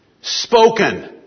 spoken